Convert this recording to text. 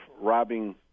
robbing